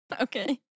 Okay